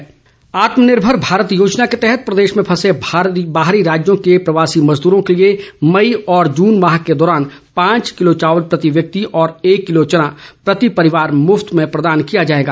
आत्मनिर्मर भारत आत्म निर्भर भारत योजना के तहत प्रदेश में फंसे बाहरी राज्यों के प्रवासी मज़दूरों के लिए मई और जून माह के दौरान पांच किलो चावल प्रति व्यक्ति और एक किलो चना प्रति परिवार मुफत में प्रदान किया जाएगा